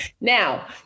Now